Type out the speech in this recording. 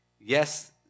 Yes